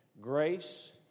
Grace